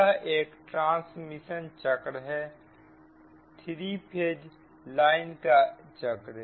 अब यह ट्रांसमिशन चक्र है 3 फेज लाइन का चक्र